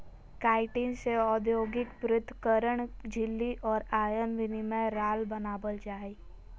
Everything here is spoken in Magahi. काइटिन से औद्योगिक पृथक्करण झिल्ली और आयन विनिमय राल बनाबल जा हइ